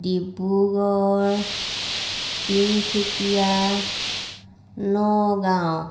Dibrugarh Tinsukia Nagaon